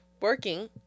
working